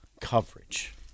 coverage